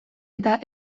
eta